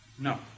No